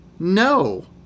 No